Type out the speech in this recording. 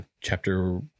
chapter